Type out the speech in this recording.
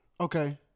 Okay